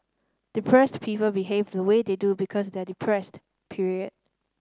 depressed people behave the way they do because they are depressed period